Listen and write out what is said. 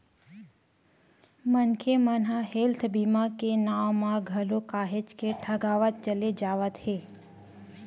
मनखे मन ह हेल्थ बीमा के नांव म घलो काहेच के ठगावत चले जावत हे